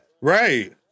Right